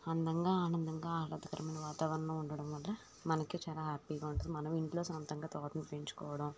అందంగా ఆనందంగా ఆహ్లాదకరంగా వాతావరణం ఉండడంవల్ల మనకి చాలా హ్యాపీగా ఉంటుంది మనం ఇంట్లో సొంతంగా తోటని పెంచుకోవడం